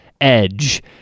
Edge